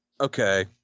okay